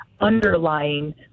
underlying